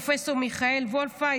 פרופ' מיכאל וולפה,